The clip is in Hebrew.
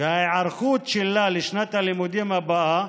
וההיערכות שלה לשנת הלימודים הבאה,